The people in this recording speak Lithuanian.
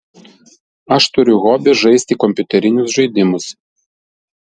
aš turiu hobį žaisti kompiuterinius žaidimus